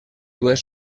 dues